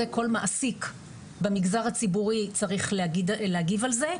זה כל מעסיק במגזר הציבורי צריך להגיב על זה.